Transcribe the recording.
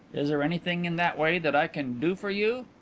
is there anything in that way that i can do for you?